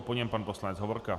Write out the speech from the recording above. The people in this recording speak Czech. Po něm pan poslanec Hovorka.